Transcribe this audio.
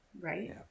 Right